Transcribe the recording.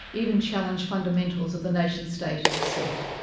even challenge fundamentals of the nation state itself.